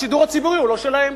השידור הציבורי הוא לא שלהם.